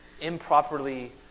improperly